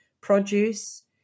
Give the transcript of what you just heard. produce